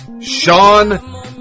Sean